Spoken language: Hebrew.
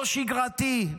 לא שגרתי.